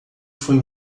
foi